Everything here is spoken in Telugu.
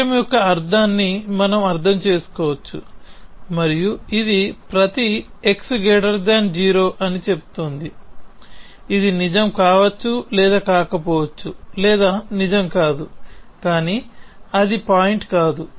వాక్యం యొక్క అర్ధాన్ని మనం అర్థం చేసుకోవచ్చు మరియు ఇది ప్రతి x0 అని చెప్తోంది ఇది నిజం కావచ్చు లేదా కాకపోవచ్చు లేదా నిజం కాదు కానీ అది పాయింట్ కాదు